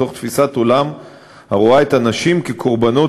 מתוך תפיסת עולם הרואה את הנשים כקורבנות